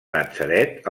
natzaret